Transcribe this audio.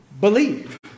Believe